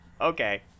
okay